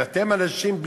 הרי אתם אנשים,